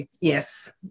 Yes